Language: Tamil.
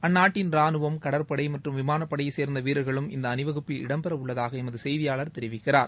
அந்நாட்டின் ராணவம் கடற்படை மற்றம் விமானப்படைச் சேர்ந்த வீரர்களும் இந்த அணிவகுப்பில் இடம்பெறவுள்ளதாக எமது செய்தியாளர் தெரிவிக்கிறார்